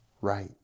right